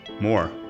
more